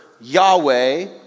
Yahweh